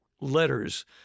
letters